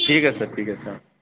ঠিক আছে ঠিক আছে